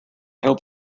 hope